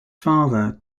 father